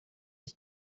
nka